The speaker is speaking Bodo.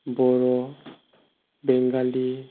बर' बेंगलि